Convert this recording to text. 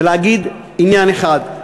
ולהגיד עניין אחד,